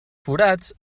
forats